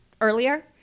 Earlier